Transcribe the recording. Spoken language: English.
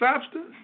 substance